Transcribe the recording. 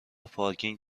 پارکینگ